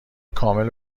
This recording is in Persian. کامل